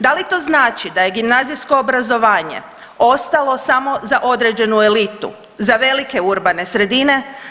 Da li to znači da je gimnazijsko obrazovanje ostalo samo za određenu elitu, za velike urbane sredine?